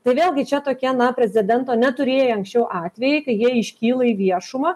tai vėlgi čia tokie na precedento neturėję anksčiau atvejai kai jie iškyla į viešumą